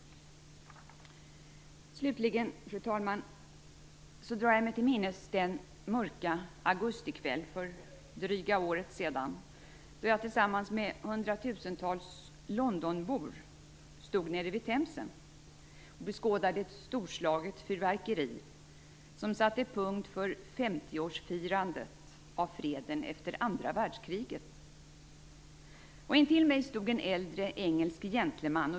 Slutligen, fru talman, drar jag mig till minnes den mörka augustikväll för drygt ett år sedan då jag tillsammans med hundratusentals londonbor stod vid Themsen och beskådade ett storslaget fyrverkeri som satte punkt för femtioårsfirandet av freden efter andra världskriget. Intill mig stod en äldre engelsk gentleman.